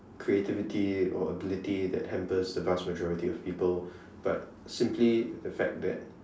creativity or ability that hampers the vast majority of people but simply the fact that